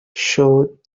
showed